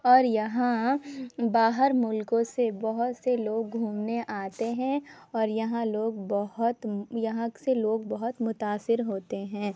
اور یہاں باہر ملکوں سے بہت سے لوگ گھومنے آتے ہیں اور یہاں لوگ بہت یہاں سے لوگ بہت متأثر ہوتے ہیں